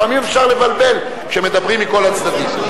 לפעמים אפשר לבלבל כשמדברים מכל הצדדים.